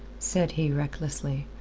said he recklessly,